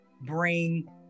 bring